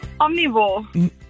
Omnivore